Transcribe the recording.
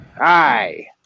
Aye